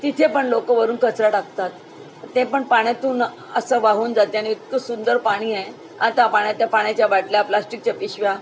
तिथे पण लोक वरून कचरा टाकतात ते पण पाण्यातून असं वाहून जाते आणि इतकं सुंदर पाणी आहे आता पाण्यात त्या पाण्याच्या बाटल्या प्लास्टिकच्या पिशव्या